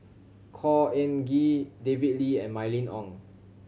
Khor Ean Ghee David Lee and Mylene Ong